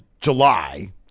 July